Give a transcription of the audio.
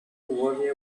worry